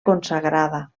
consagrada